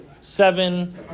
seven